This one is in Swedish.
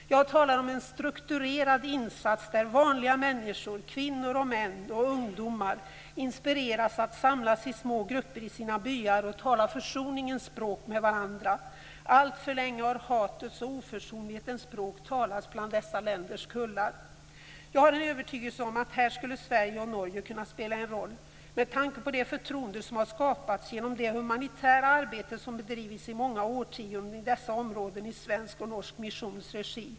Jag talar om en strukturerad insats, där vanliga människor - kvinnor, män och ungdomar - inspireras att samlas i små grupper i sina byar och tala försoningens språk med varandra. Alltför länge har hatets och oförsonlighetens språk talats bland dessa länders kullar. Jag har en övertygelse om att här skulle Sverige och Norge kunna spela en roll med tanke på det förtroende som har skapats genom det humanitära arbete som bedrivits i många årtionden i dessa områden i svensk och i norsk missions regi.